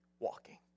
walking